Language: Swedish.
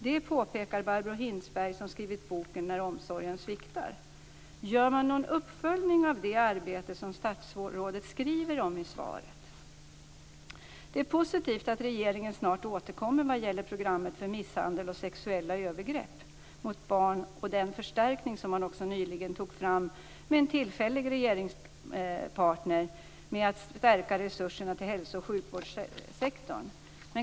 Det påpekar Barbro Gör man någon uppföljning av det arbete som statsrådet skriver om i svaret? Det är positivt att regeringen snart återkommer vad gäller programmet för misshandel och sexuella övergrepp mot barn och den förstärkning som man nyligen tog fram med en tillfällig regeringspartner för att stärka resurserna till hälso och sjukvårdssektorn.